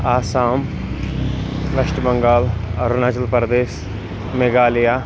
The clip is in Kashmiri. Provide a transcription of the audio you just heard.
آسام ویٚسٹ بنٛگال اروٗناچل پرٛدیس میگھالیہ